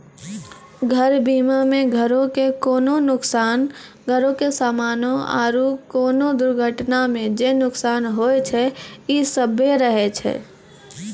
घर बीमा मे घरो के कोनो नुकसान, घरो के समानो आरु कोनो दुर्घटना मे जे नुकसान होय छै इ सभ्भे रहै छै